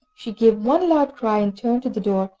she gave one loud cry, and turned to the door,